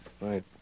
Right